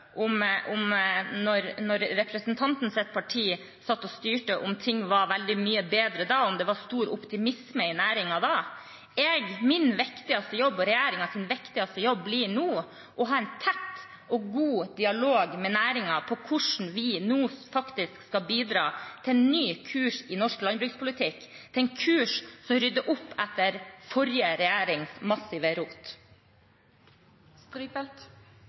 om ting var veldig mye bedre da representanten sitt parti satt og styrte, om det var stor optimisme i næringen da. Min viktigste jobb og regjeringens viktigste jobb blir nå å ha en tett og god dialog med næringen om hvordan vi faktisk skal bidra til en ny kurs i norsk landbrukspolitikk – en kurs som rydder opp etter forrige regjerings massive rot.